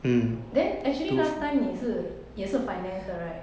then actually last time 你是也是 finance 的 right